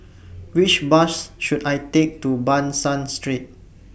Which Bus should I Take to Ban San Street